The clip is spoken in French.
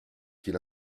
qu’il